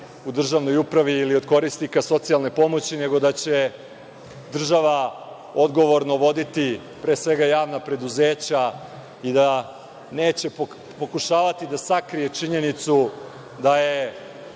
u državnoj upravi ili od korisnika socijalne pomoći, nego da će država odgovorno voditi pre svega javna preduzeća i da neće pokušavati da sakrije činjenicu da je